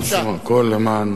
כולנו עושים הכול למען.